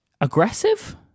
aggressive